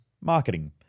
marketing